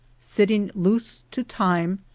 sitting loose to time,